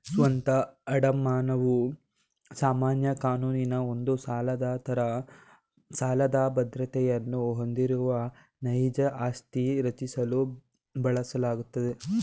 ಸ್ವಂತ ಅಡಮಾನವು ಸಾಮಾನ್ಯ ಕಾನೂನಿನ ಒಂದು ಸಾಲದಾತರು ಸಾಲದ ಬದ್ರತೆಯನ್ನ ಹೊಂದಿರುವ ನೈಜ ಆಸ್ತಿ ರಚಿಸಲು ಬಳಸಲಾಗುತ್ತೆ